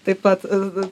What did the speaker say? taip pat